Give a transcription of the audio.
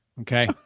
Okay